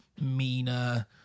meaner